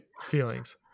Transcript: feelings